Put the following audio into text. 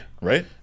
right